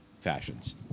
fashions